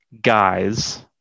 guys